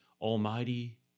almighty